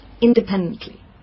independently